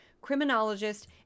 criminologist